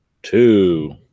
Two